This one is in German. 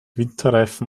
winterreifen